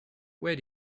where